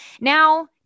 now